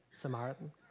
Samaritan